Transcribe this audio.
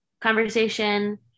conversation